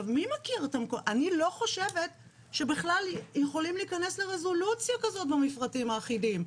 אני לא חושבת שבכלל יכולים להיכנס לרזולוציה כזאת במפרטים האחידים.